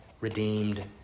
redeemed